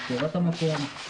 מכירה את המקום.